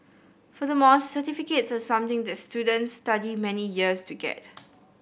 furthermore certificates are something that students study many years to get